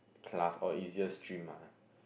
class or easier stream lah